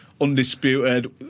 undisputed